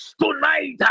Tonight